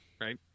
right